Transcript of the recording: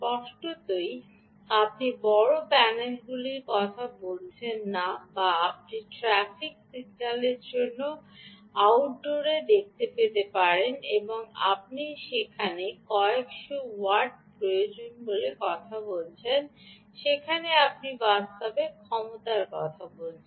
স্পষ্টতই আপনি বড় প্যানেলগুলির কথা বলছেন না যা আপনি ট্র্যাফিক সিগন্যালের জন্য আউটডোর এ দেখে থাকতে পারেন এবং আপনি যেখানে কয়েকশ ওয়াট প্রয়োজন বলে কথা বলছেন সেখানে আপনি বাস্তবে ক্ষমতার কথা বলছেন